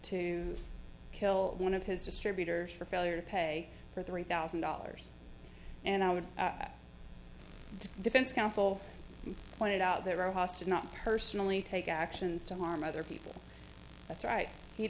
to kill one of his distributors for failure to pay for three thousand dollars and i would defense counsel pointed out there are hostage not personally take actions to harm other people that's right he